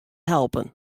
helpen